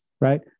right